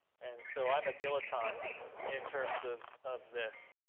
and and so i am a dilettante in terms of of this.